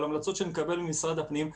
על המלצות שאני מקבל ממשרד הפנים,